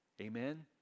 Amen